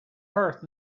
earth